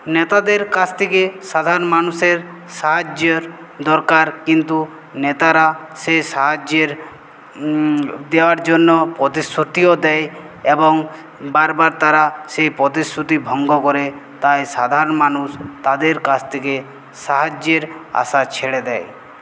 নেতাদের কাছ থেকে সাধারণ মানুষের সাহায্যর দরকার কিন্তু নেতারা সেই সাহায্যের দেওয়ার জন্য প্রতিশ্রুতিও দেয় এবং বারবার তারা সেই প্রতিশ্রুতি ভঙ্গ করে তাই সাধারণ মানুষ তাদের কাছ থেকে সাহায্যের আশা ছেড়ে দেয়